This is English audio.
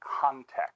context